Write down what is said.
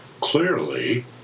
clearly